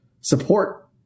support